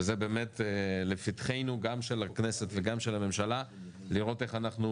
וזה באמת לפתחינו גם של הכנסת וגם של הממשלה לראות איך אנחנו